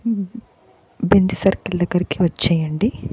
బిందు circle దగ్గరికి వచ్చేయండి